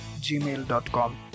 gmail.com